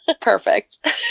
Perfect